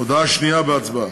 הודעה שנייה בהצבעה: